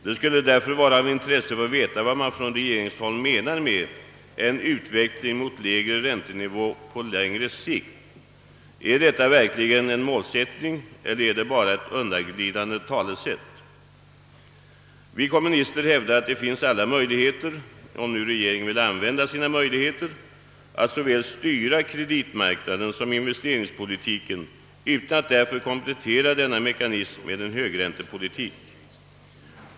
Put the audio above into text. Det skulle mot denna bakgrund vara av intresse att få veta vad man från regeringshåll menar med »en utveckling mot lägre räntenivå på längre sikt»: Är detta verkligen en målsättning eller är det bara ett undanglidande talesätt? Vi kommunister hävdar att alla möjligheter finns — om nu regeringen vill använda dessa — att styra såväl kreditmarknaden som investeringspolitiken utan att därför komplettera denna mekanism med en högräntepolitik.